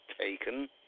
taken